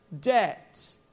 debt